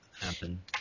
happen